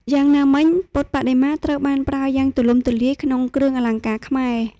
យ៉ាងណាមិញពុទ្ធបដិមាត្រូវបានប្រើយ៉ាងទូលំទូលាយក្នុងគ្រឿងអលង្ការខ្មែរ។